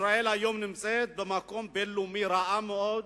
ישראל נמצאת היום במקום בין-לאומי רע מאוד.